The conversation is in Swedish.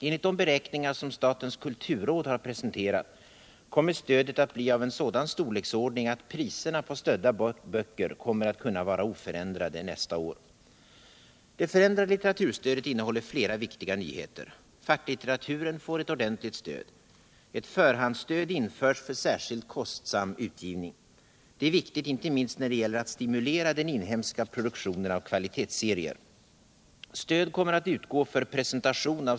Enligt de beräkningar som statens kulturråd har presenterat kommer stödet att bli av en sådan storleksordning alt priserna på stödda böcker kommer att kunna vara oförändrade nästa år. Det förändrade litteraturstödet innehåller flera viktiga nyheter. Facklitteraturen får ett ordentligt stöd. Ett förhandsstöd införs för särskilt kostsam utgivning. Det är viktigt inte minst när det gäller att stimulera den inhemska produktionen av kvalitetsserier.